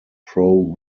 pro